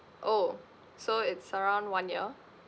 oh so it's around one year